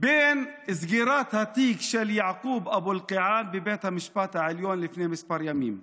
ובין סגירת התיק של יעקוב אבו אלקיעאן בבית המשפט העליון לפני כמה ימים,